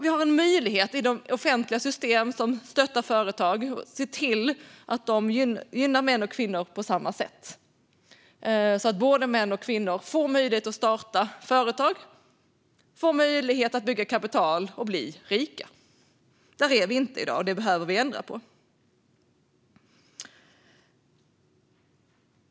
Vi har en möjlighet i de offentliga system som stöttar företag att se till att de gynnar män och kvinnor på samma sätt, så att både män och kvinnor får möjlighet att starta företag och får möjlighet att bygga upp ett kapital och bli rika. Där är vi inte i dag. Det behöver vi ändra på.